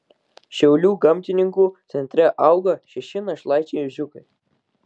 šiaulių gamtininkų centre auga šeši našlaičiai ežiukai